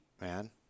man